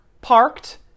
parked